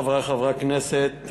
חברי חברי הכנסת,